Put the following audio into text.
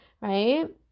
right